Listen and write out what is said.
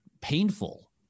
painful